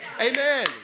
Amen